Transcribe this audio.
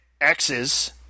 X's